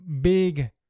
big